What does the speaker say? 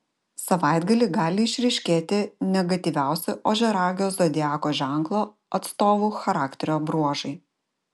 savaitgalį gali išryškėti negatyviausi ožiaragio zodiako ženklo atstovų charakterio bruožai